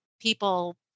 people